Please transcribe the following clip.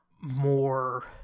more